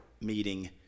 meeting